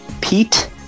Pete